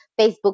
facebook